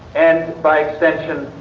and by extension,